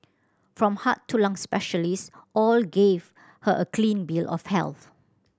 from heart to lung specialist all gave her a clean bill of health